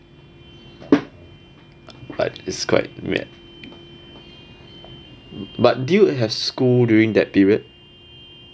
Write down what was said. like it's weird but do you have school during that period